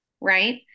right